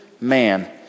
man